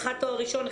אחת תואר ראשון,